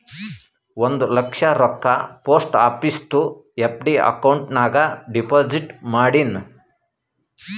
ಒಂದ್ ಲಕ್ಷ ರೊಕ್ಕಾ post ಆಫೀಸ್ದು FD account ನಾಗ್ deposit ಮಾಡಿನ್